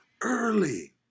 early